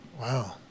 Wow